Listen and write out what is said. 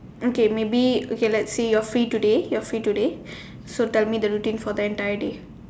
okay maybe okay let's say you're free today you're free today so tell me the routine for the entire day